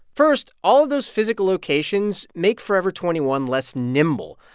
first, all those physical locations make forever twenty one less nimble.